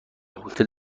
هتل